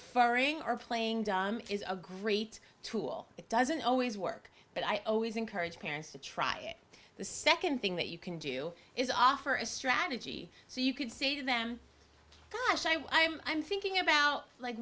eferring are playing is a great tool it doesn't always work but i always encourage parents to try it the second thing that you can do is offer a strategy so you could say to them gosh i was thinking about like